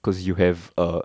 cause you have a